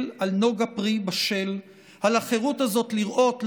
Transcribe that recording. / על נוגה פרי בשל / על החירות הזאת / לראות,